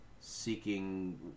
seeking